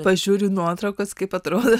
pažiūru nuotraukas kaip atrodo